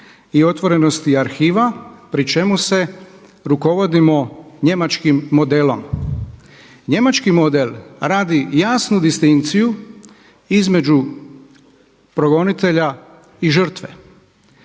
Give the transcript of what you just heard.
i otvorenosti arhiva pri čemu se rukovodimo njemačkim modelom. Njemački model radi jasnu distinkciju između progonitelja i žrtve.